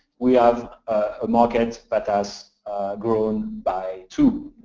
we have a market that has grown by two,